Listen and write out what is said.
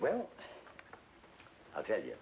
well i'll tell y